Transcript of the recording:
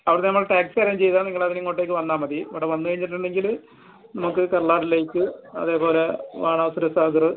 അവിടെ നമ്മൾ taxi arrange ചെയ്താൽ നിങ്ങൾ അതിലിങ്ങോട്ടേക്ക് വന്നാൽ മതി ഇവിടെ വന്നു കഴിഞ്ഞിട്ടുണ്ടെങ്കിൽ നമുക്ക് അതേപോലെ ബാണാസുര സാഗർ